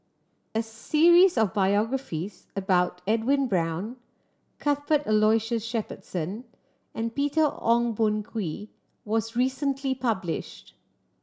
a series of biographies about Edwin Brown Cuthbert Aloysius Shepherdson and Peter Ong Boon Kwee was recently published